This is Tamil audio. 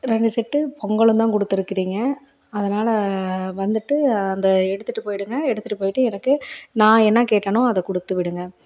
ரெண்டு செட்டு பொங்கலும்தான் கொடுத்துருக்கிறீங்க அதனாலே வந்துவிட்டு அந்த எடுத்துகிட்டு போயிடுங்க எடுத்துகிட்டு போயிட்டு எனக்கு நான் என்ன கேட்டேனோ அதை கொடுத்து விடுங்க